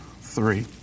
three